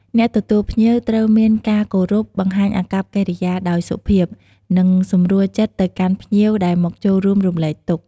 អ្នកទទួលភ្ញៀវត្រូវមានការគោរព បង្ហាញអាកប្បកិរិយាដោយសុភាព និងសម្រួលចិត្តទៅកាន់ភ្ញៀវដែលមកចូលរួមរំលែកទុក្ខ។